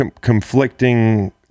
conflicting